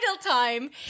time